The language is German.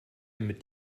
mit